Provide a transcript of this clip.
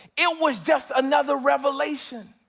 it was just another revelation.